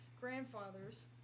grandfather's